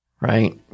right